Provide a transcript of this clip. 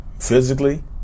physically